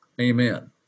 Amen